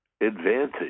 advantage